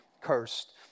cursed